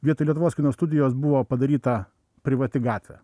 vietoj lietuvos kino studijos buvo padaryta privati gatvė